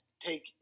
take